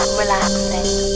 relaxing